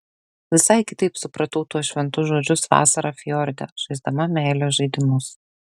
visai kitaip supratau tuos šventus žodžius vasarą fjorde žaisdama meilės žaidimus